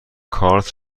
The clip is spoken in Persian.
کارت